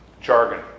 jargon